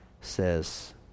says